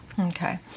Okay